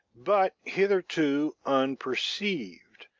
but hitherto unperceived.